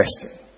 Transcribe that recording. question